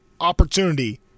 opportunity